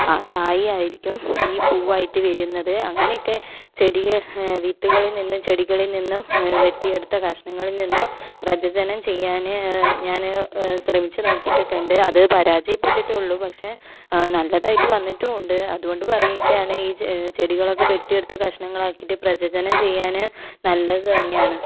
ആ കായ് ആയിരിക്കും ഈ പൂവായിട്ട് വരുന്നത് അങ്ങനെയൊക്കെ ചെടിയെ വിത്തുകളിൽ നിന്നും ചെടികളിൽ നിന്നും വെട്ടിയെടുത്ത കഷ്ണങ്ങളിൽ നിന്നും പ്രജജനം ചെയ്യാന് ഞാന് ശ്രമിച്ച് നോക്കീട്ടക്കേണ്ട് അത് പരാജയ പെട്ടിട്ടൊള്ളൂ പക്ഷെ നല്ലതായിട്ട് വന്നിട്ട് ഉണ്ട് അതുകൊണ്ട് പറയുകയാണ് ഈ ചെടികളൊക്കെ വെട്ടിയെടുത്ത് കഷ്ണങ്ങളാക്കീട്ട് പ്രജജനം ചെയ്യാന് നല്ലത് തന്നെയാണ്